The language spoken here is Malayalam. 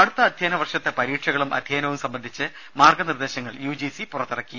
അടുത്ത അധ്യയന വർഷത്തെ പരീക്ഷകളും അധ്യയനവും സംബന്ധിച്ച് മാർഗ്ഗ നിർദ്ദേശങ്ങൾ യു ജി സി പുറത്തിറക്കി